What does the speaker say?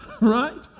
Right